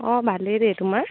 অঁ ভালেই দেই তোমাৰ